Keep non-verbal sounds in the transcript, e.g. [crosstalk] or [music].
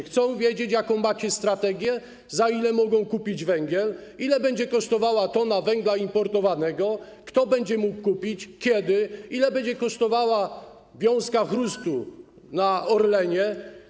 Chcą wiedzieć, jaką macie strategię, za ile mogą kupić węgiel, ile będzie kosztowała 1 t węgla importowanego, kto będzie mógł kupić, kiedy, ile będzie kosztowała wiązka chrustu [noise] na Orlenie.